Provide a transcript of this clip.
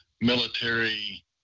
military